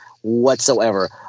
whatsoever